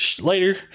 later